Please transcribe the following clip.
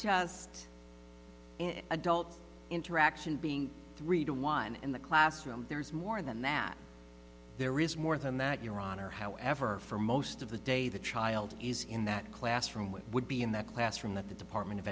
just in adult interaction being three to one in the classroom there's more than that there is more than that your honor however for most of the day the child is in that classroom which would be in that classroom that the department of